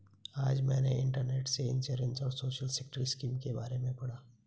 आज मैंने इंटरनेट से इंश्योरेंस और सोशल सेक्टर स्किम के बारे में पढ़ा